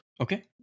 Okay